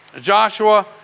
Joshua